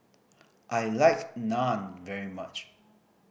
I like Naan very much